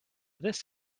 this